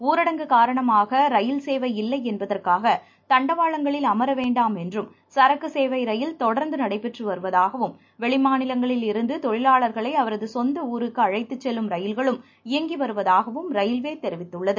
ஊரடங்கு காரணமாக ரயில் சேவை இல்லை என்பதற்காக தண்டவாளங்களில் அமர வேண்டாம் என்றும் சரக்கு சேவை ரயில் தொடர்ந்து நடைபெற்று வருவதாகவும் வெளிமாநிலங்களில் இருந்து தொழிலாளர்களை அவர்களது சொந்த ஊர்களுக்கு அழைத்து செல்லும் ரயில்களும் இயங்கி வருவதாகவும் ரயில்வே தெரிவித்துள்ளது